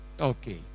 okay